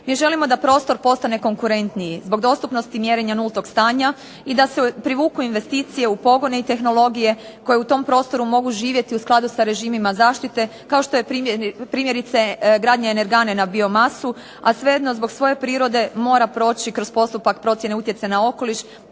Mi želimo da prostor postane konkurentniji zbog dostupnosti mjerenja nultog stanja i da se privuku investicije u pogone i tehnologije koje u tom prostoru mogu živjeti u skladu sa režimima zaštite kao što je primjerice gradnja energane na biomasu, a svejedno zbog svoje prirode mora proći kroz postupak procjene utjecaja na okoliš